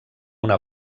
una